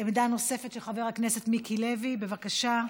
עמדה נוספת, של חבר הכנסת מיקי לוי, בבקשה.